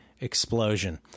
explosion